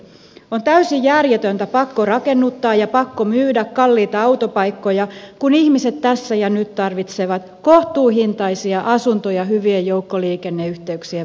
on täysin järjetöntä pakkorakennuttaa ja pakkomyydä kalliita autopaikkoja kun ihmiset tässä ja nyt tarvitsevat kohtuuhintaisia asuntoja hyvien joukkoliikenneyhteyksien varsilta